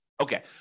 Okay